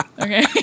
Okay